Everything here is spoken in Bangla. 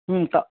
হুম তো